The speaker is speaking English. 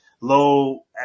low –